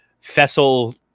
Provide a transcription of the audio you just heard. fessel